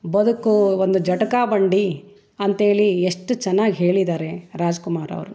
ಬದುಕು ಒಂದು ಜಟಕಾ ಬಂಡಿ ಅಂಥೇಳಿ ಎಷ್ಟು ಚೆನ್ನಾಗಿ ಹೇಳಿದ್ದಾರೆ ರಾಜಕುಮಾರ್ ಅವರು